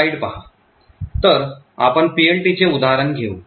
तर आपण PLT चे उदाहरण घेऊ